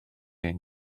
ein